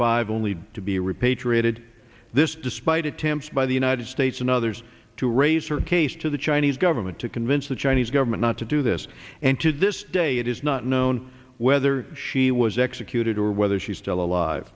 five only to be repatriated this despite attempts by the united states and others to raise her case to the chinese government to convince the chinese government not to do this and to this day it is not known whether she was executed or whether she's still alive